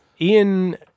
Ian